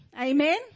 Amen